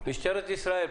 משטרת ישראל,